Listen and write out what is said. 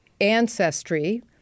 Ancestry